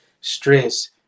stress